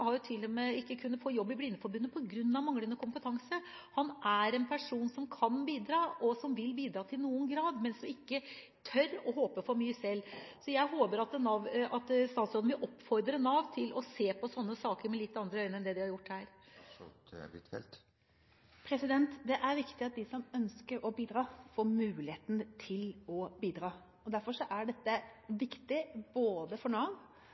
har jo til og med ikke kunnet få jobb i Blindeforbundet på grunn av manglende kompetanse. Han er en person som kan bidra, og som vil bidra i noen grad, men som ikke tør å håpe for mye selv. Så jeg håper at statsråden vil oppfordre Nav til å se på sånne saker med litt andre øyne enn det de har gjort her. Det er viktig at de som ønsker å bidra, får muligheten til å bidra. Derfor er dette viktig både for Nav